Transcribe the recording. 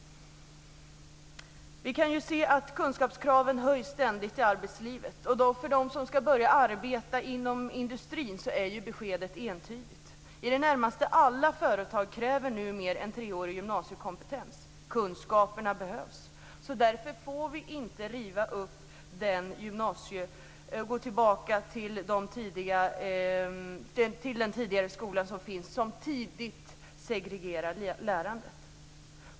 Vi kan ju se att kunskapskraven ständigt höjs i arbetslivet. För dem som skall börja arbeta inom industrin är beskedet entydigt. I det närmaste alla företag kräver numera treårig gymnasiekompetens. Kunskaperna behövs. Därför får vi inte riva upp och gå tillbaka till den tidigare skolan som tidigt segregerar lärandet.